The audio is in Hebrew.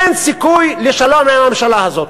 אין סיכוי לשלום עם הממשלה הזאת.